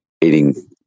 eating